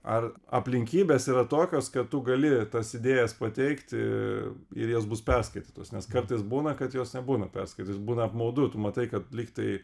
ar aplinkybės yra tokios kad tu gali tas idėjas pateikti ir jos bus perskaitytos nes kartais būna kad jos nebūna perskaitytos būna apmaudu tu matai kad lygtai